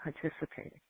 participating